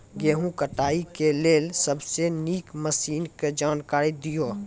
गेहूँ कटाई के लेल सबसे नीक मसीनऽक जानकारी दियो?